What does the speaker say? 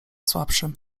słabszym